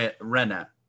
Rena